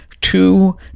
two